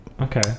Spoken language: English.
okay